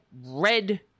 red